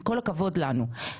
עם כל הכבוד לנו.